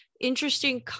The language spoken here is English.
interesting